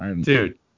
Dude